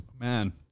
man